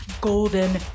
golden